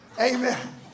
Amen